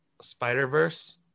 spider-verse